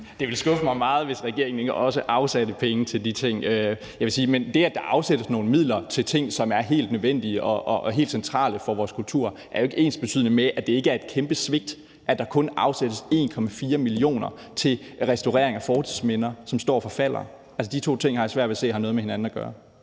Det ville skuffe mig meget, hvis regeringen ikke også afsatte penge til de ting; men jeg vil sige, at det, at der afsættes nogle midler til ting, som er helt nødvendige og helt centrale for vores kultur, er jo ikke ensbetydende med, at det ikke er et kæmpe svigt, at der kun afsættes 1,4 millioner til restaurering af fortidsminder, som står og forfalder. Altså, de to ting har jeg svært ved se har noget med hinanden at gøre.